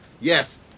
yes